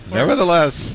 nevertheless